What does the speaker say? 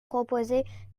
proposer